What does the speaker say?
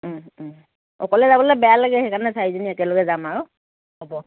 অঁ অঁ অকলে যাবলৈ বেয়া লাগে সেইকাৰণে চাৰিজনী একেলগে যাম আৰু হ'ব